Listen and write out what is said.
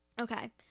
Okay